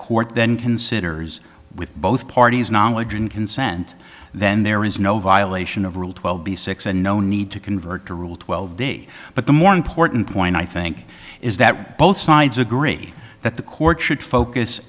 court then considers with both parties knowledge and consent then there is no violation of rule twelve b six and no need to convert to rule twelve day but the more important point i think is that both sides agree that the court should focus